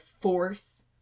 force